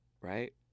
Right